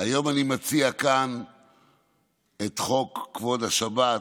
היום אני מציע כאן את חוק כבוד השבת,